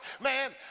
man